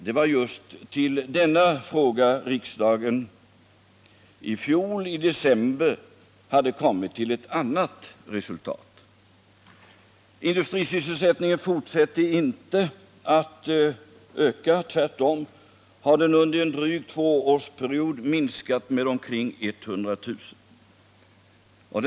Det var just i denna fråga riksdagen i december i fjol hade kommit till ett annat resultat. Industrisysselsättningen fortsätter inte att öka. Tvärtom har den under en dryg tvåårsperiod minskat med omkring 100 000 arbetstillfällen.